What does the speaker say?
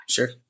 Sure